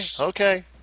okay